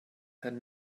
had